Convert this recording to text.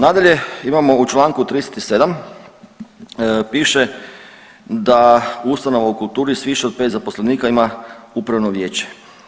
Nadalje, imamo u čl. 37 piše da ustanova u kulturi s više od 5 zaposlenika ima upravno vijeće.